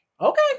Okay